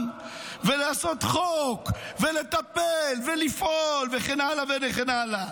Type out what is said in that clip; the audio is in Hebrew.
ולעשות חוק ולטפל ולפעול וכן הלאה וכן הלאה?